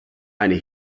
eine